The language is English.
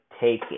take